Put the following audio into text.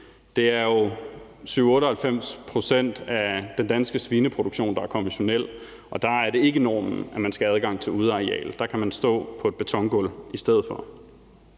Det er jo 97-98 pct. af den danske svineproduktion, der er konventionel, og der er det ikke normen, at man skal have adgang til udearealer. Der kan man stå på et betongulv i stedet for.